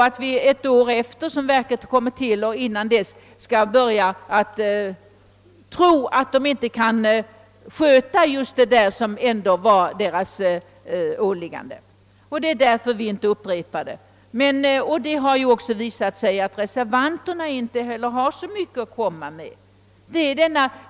Att ett år efter det verket kommit till börja hysa farhågor för att det inte kan sköta sina åligganden kan utskottet icke vara med om. Detta är skälet till att vi inte upprepar kraven. Reservanterna har inte heller så mycket att komma med.